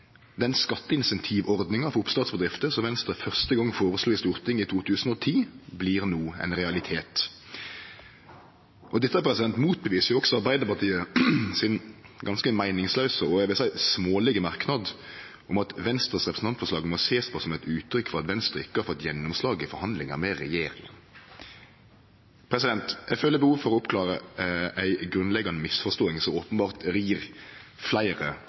Den skatteincentivordninga for oppstartsbedrifter som Venstre første gong føreslo i Stortinget i 2010, blir no ein realitet. Dette motbeviser også Arbeidarpartiet sin ganske meiningslause – og smålege, vil eg seie – merknad om at Venstres representantforslag må sjåast på som eit uttrykk for at Venstre ikkje har fått gjennomslag i forhandlingar med regjeringa. Eg føler behov for å klare opp ei grunnleggjande misforståing som openbert rir fleire